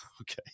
Okay